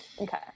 Okay